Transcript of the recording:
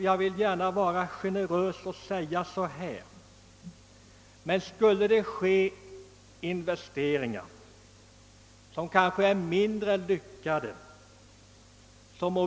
Jag vill gärna vara så generös att jag säger, att det må vara hänt att vi gör vissa investeringar som är mindre lyckade.